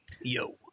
Yo